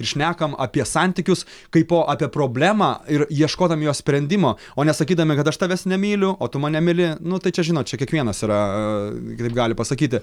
ir šnekam apie santykius kaipo apie problemą ir ieškodami jos sprendimo o ne sakydami kad aš tavęs nemyliu o tu mane myli nu tai čia žinot čia kiekvienas yra kitaip gali pasakyti